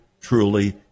truly